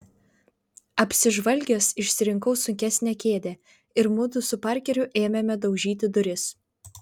apsižvalgęs išsirinkau sunkesnę kėdę ir mudu su parkeriu ėmėme daužyti duris